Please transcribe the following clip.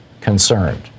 concerned